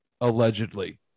Allegedly